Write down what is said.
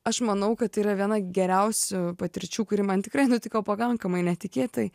aš manau kad tai yra viena geriausių patirčių kuri man tikrai nutiko pakankamai netikėtai